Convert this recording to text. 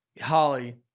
Holly